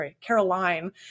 Caroline